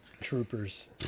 troopers